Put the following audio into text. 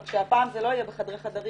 רק שהפעם זה לא יהיה בחדרי חדרים,